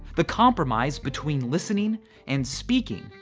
the compromise between listening and speaking,